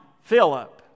Philip